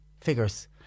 figures